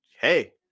Hey